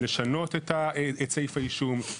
לשנות את סעיף האישום.